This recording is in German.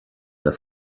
der